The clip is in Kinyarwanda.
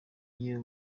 yewe